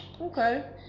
Okay